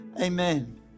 amen